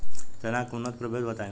चना के उन्नत प्रभेद बताई?